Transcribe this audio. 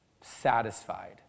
satisfied